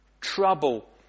trouble